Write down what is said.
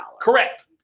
Correct